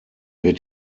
wird